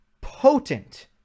potent